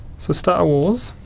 so starwars